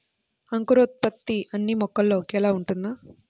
అంకురోత్పత్తి అన్నీ మొక్కల్లో ఒకేలా ఉంటుందా?